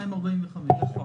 על 2.45%. נכון.